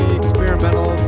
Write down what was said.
experimental